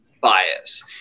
bias